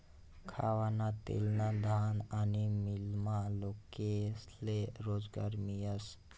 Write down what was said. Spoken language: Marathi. खावाना तेलना घाना आनी मीलमा लोकेस्ले रोजगार मियस